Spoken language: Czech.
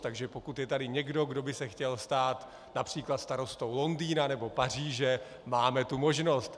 Takže pokud je tady někdo, kdo by se chtěl stát například starostou Londýna nebo Paříže, máme tu možnost.